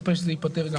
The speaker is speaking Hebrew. מצפה שזה ייפתר.